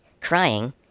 crying